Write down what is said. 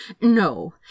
No